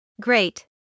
Great